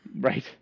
Right